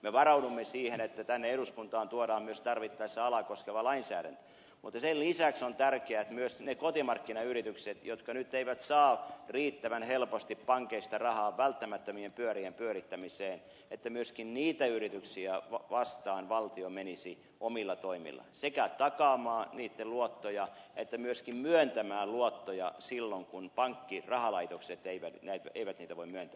me varaudumme siihen että tänne eduskuntaan tuodaan myös tarvittaessa alaa koskeva lainsäädäntö mutta sen lisäksi on tärkeää että myös niitä kotimarkkinayrityksiä vastaan jotka nyt eivät saa riittävän helposti pankeista rahaa välttämättömien pyörien pyörittämiseen että myöskin niitä yrityksiä vastaan valtio menisi omilla toimillaan sekä takaamaan niitten luottoja että myöskin myöntämään luottoja silloin kun pankki rahalaitokset eivät niitä voi myöntää